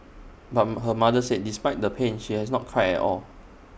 but her mother said despite the pain she has not cried at all